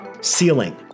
ceiling